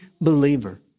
believer